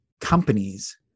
companies